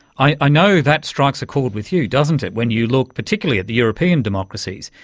i i know that strikes a chord with you, doesn't it, when you look particularly at the european democracies.